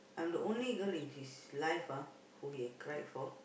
I'm the only girl in his life ah who he cried for